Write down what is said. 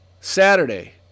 Saturday